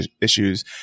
issues